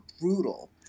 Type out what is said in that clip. brutal